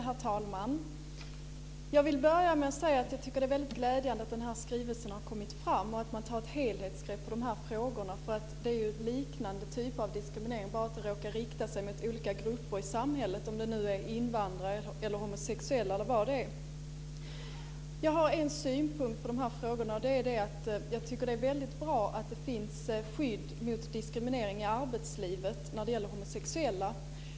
Herr talman! Jag tycker att det är väldigt glädjande att skrivelsen har kommit fram och att man tar ett helhetsgrepp på de här frågorna. Det är ju likartade typer av diskriminering - det är bara det att den råkar rikta sig mot olika grupper i samhället. Det kan vara invandrare, homosexuella eller andra. Jag har en synpunkt på frågorna. Jag tycker att det är bra att det finns skydd mot diskriminering i arbetslivet för homosexuella.